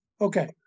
Okay